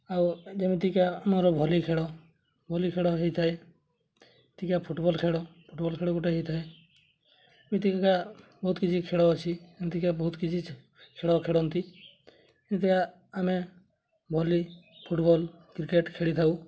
ଆଉ ଯେମିତିକା ଆମର ଭଲି ଖେଳ ଭଲି ଖେଳ ହେଇଥାଏ ଟିକିଏ ଫୁଟବଲ୍ ଖେଳ ଫୁଟବଲ୍ ଖେଳ ଗୋଟେ ହେଇଥାଏ ଏମିତିକା ବହୁତ କିଛି ଖେଳ ଅଛି ଏମିତିକା ବହୁତ କିଛି ଖେଳ ଖେଳନ୍ତି ଏମିତିକା ଆମେ ଭଲି ଫୁଟବଲ୍ କ୍ରିକେଟ୍ ଖେଳିଥାଉ